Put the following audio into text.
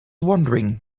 wondering